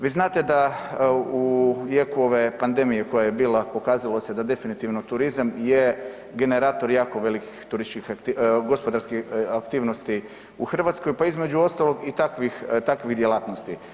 Vi znate da u jeku ove pandemije koja je bila, pokazalo se da definitivno turizam je generator jako velikih turističkih, gospodarskih aktivnosti u Hrvatskoj, pa između ostalog i takvih, takvi djelatnosti.